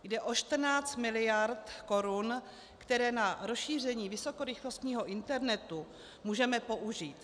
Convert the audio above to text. Jde o 14 mld. korun, které na rozšíření vysokorychlostního internetu můžeme použít.